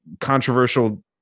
controversial